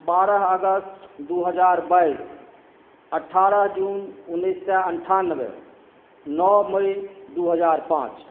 बारह अगस्त दू हजार बाईस अठारह जून उन्नैस सए अनठानबे नओ मई दू हजार पांच